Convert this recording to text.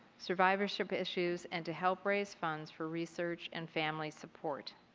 survivorship issues, and to help raise funds for research and family support.